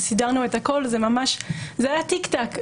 סידרנו את הכול, זה היה תיק-תק.